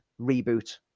reboot